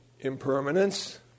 Impermanence